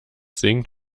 sinkt